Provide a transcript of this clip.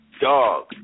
Dog